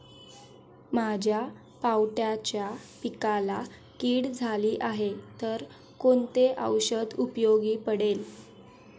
माझ्या पावट्याच्या पिकाला कीड झाली आहे तर कोणते औषध उपयोगी पडेल?